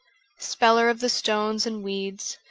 speller of the stones and weeds,